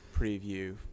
preview